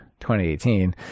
2018